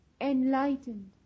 enlightened